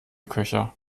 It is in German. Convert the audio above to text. köcher